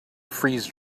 freeze